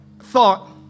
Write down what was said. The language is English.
thought